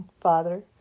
Father